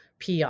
PR